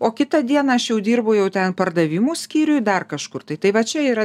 o kitą dieną aš jau dirbu jau ten pardavimų skyriuje dar kažkur tai tai va čia yra